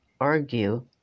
argue